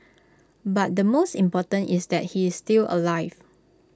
but the most important is that he is still alive